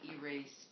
erased